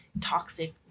toxic